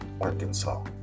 Arkansas